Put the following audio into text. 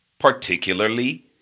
particularly